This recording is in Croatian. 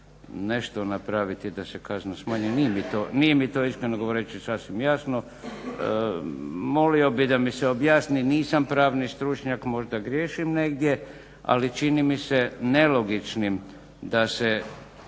nešto napraviti da se kazna smanji. Nije mi to iskreno govoreći sasvim jasno. Molio bih da mi se objasni, nisam pravni stručnjak, možda griješim negdje ali čini mi se nelogičnim da se